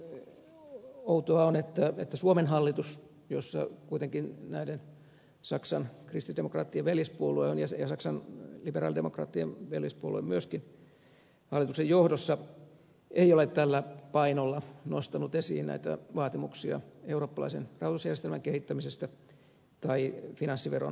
mutta outoa on että suomen hallitus jossa kuitenkin on näiden saksan kristillisdemokraattien veljespuolue ja saksan liberaalidemokraattien veljespuolue myöskin hallituksen johdossa ei ole tällä painolla nostanut esiin näitä vaatimuksia eurooppalaisen talousjärjestelmän kehittämisestä tai finanssiveron käyttöönotosta